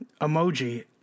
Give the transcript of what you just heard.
emoji